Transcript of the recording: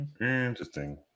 Interesting